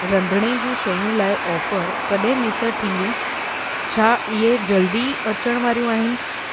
रंधिणे जूं शयुनि लाइ ऑफर कॾहिं मुयसरु थींदियूं छा इहे जल्द ई अचणु वारियूं आहिनि